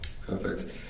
Perfect